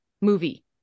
movie